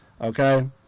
okay